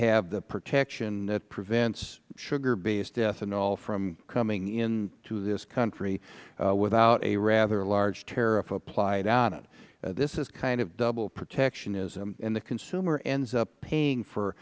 have the protection that prevents sugar based ethanol from coming into this country without a rather large tariff applied on it this is kind of double protectionism and the consumer ends up paying for